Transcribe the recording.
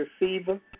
receiver